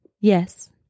Yes